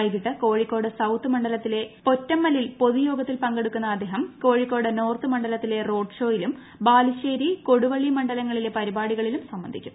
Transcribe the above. വൈകിട്ട് കോഴിക്കോട് സൌത്ത് മണ്ഡലത്തിലെ പൊറ്റമ്മലിൽ പൊതുയോഗത്തിൽ പ്പുങ്കെട്ടുക്കുന്ന അദ്ദേഹം കോഴിക്കോട് നോർത്ത് മണ്ഡലത്തില്പ്പ് റോഡ് ഷോയിലും ബാലുശ്ശേരി കൊടുവള്ളി മണ്ഡലങ്ങളിലെ പരിപാടികളിലും സംബന്ധിക്കും